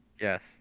yes